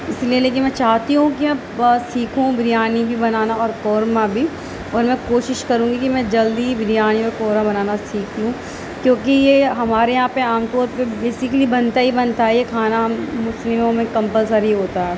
اس لیے لیکن میں چاہتی ہوں کہ اب سیکھوں بریانی بھی بنانا اور قورمہ بھی مطلب کوشش کروں گی کہ میں جلد ہی بریانی اور قورمہ بنانا سیکھ لوں کیونکہ یہ ہمارے یہاں پہ عام طور پہ بیسیکلی بنتا ہی بنتا ہے کھانا مسلموں میں کمپلسری ہوتا ہے